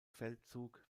feldzug